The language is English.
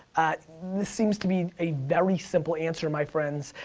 this seems to be a very simple answer, my friends.